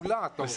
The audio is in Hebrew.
לסיום,